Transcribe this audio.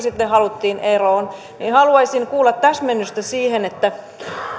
sitten haluttiin eroon haluaisin kuulla täsmennystä siihen